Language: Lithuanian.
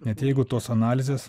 net jeigu tos analizės